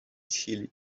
chile